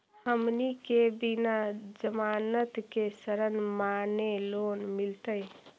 हमनी के बिना जमानत के ऋण माने लोन मिलतई?